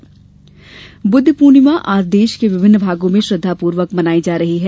बद्ध पूर्णिमा बुद्ध पूर्णिमा आज देश के विभिन्न भागों में श्रद्धापूर्वक मनायी जा रही है